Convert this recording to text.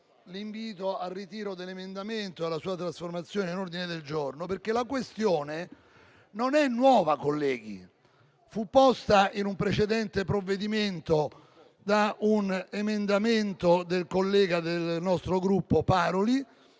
l'invito al ritiro dell'emendamento e alla sua trasformazione in ordine del giorno. Colleghi, la questione non è nuova: fu posta in un precedente provvedimento da un emendamento del collega Paroli,